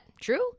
true